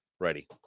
Ready